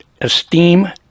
esteem